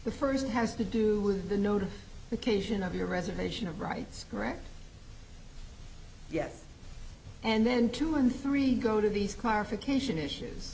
the first has to do with the notice occasion of your reservation of rights correct yes and then two and three go to these clarification